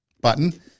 button